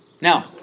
Now